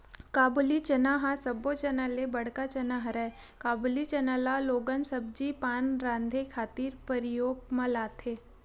काबुली चना ह सब्बो चना ले बड़का चना हरय, काबुली चना ल लोगन सब्जी पान राँधे खातिर परियोग म लाथे